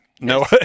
No